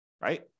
right